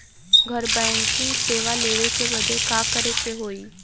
घर बैकिंग सेवा लेवे बदे का करे के होई?